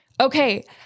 okay